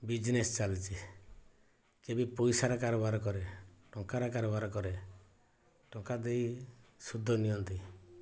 business ଚାଲିଛି ସେବି ପଇସାର କାରବାର କରେ ଟଙ୍କାର କାରବାର କରେ ଟଙ୍କା ଦେଇ ସୁଧ ନିଅନ୍ତି